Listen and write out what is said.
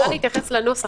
אני רוצה להתייחס לנוסח.